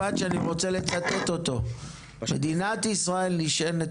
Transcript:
אמרת משפט שאני רוצה לטאטא אותו: "מדינת ישראל נשענת